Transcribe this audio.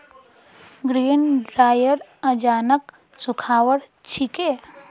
grain dryer अनाजक सुखव्वार छिके